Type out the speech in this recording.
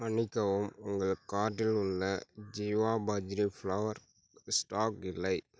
மன்னிக்கவும் உங்கள் கார்ட்டில் உள்ள ஜீவா பஜ்ரி ஃப்ளோர் ஸ்டாக் இல்லை